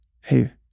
hey